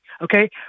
okay